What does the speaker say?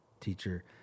Teacher